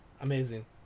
amazing